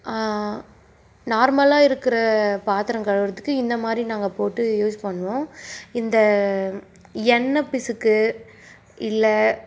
நார்மலாக இருக்கிற பாத்திரம் கழுவுவதுக்கு இந்த மாதிரி நாங்கள் போட்டு யூஸ் பண்ணுவோம் இந்த எண்ணெய் பிசுக்கு இல்லை